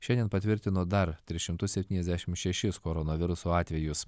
šiandien patvirtino dar tris šimtus septyniasdešim šešis koronaviruso atvejus